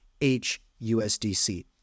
HUSDC